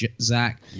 Zach